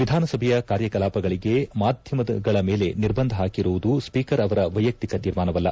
ವಿಧಾನಸಭೆಯ ಕಾರ್ಯ ಕಲಾಪಗಳಿಗೆ ಮಾಧ್ಯಮಗಳ ಮೇಲೆ ನಿರ್ಬಂಧ ಹಾಕಿರುವುದು ಸ್ವೀಕರ್ ಅವರ ವೈಯಕ್ತಿಕ ತೀರ್ಮಾನವಲ್ಲ